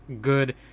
good